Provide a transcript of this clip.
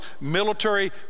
military